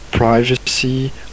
Privacy